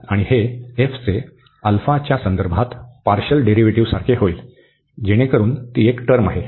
आणि हे f चे α च्या संदर्भात पार्शल डेरीव्हेटिवसारखे होईल जेणेकरून ती एक टर्म आहे